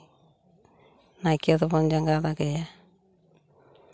ᱱᱟᱭᱠᱮ ᱫᱚᱵᱚᱱ ᱡᱟᱸᱜᱟ ᱫᱟᱜᱮᱭᱟ